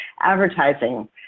advertising